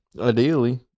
Ideally